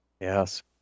Yes